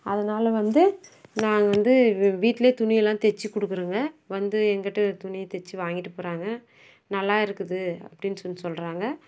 அதனால் வந்து நான் வந்து வீ வீட்லேயே துணியெல்லாம் தைச்சுக் கொடுக்கறேங்க வந்து என் கிட்டே துணி தைச்சு வாங்கிட்டு போகிறாங்க நல்லா இருக்குது அப்படின்னு சொல்லி சொல்கிறாங்க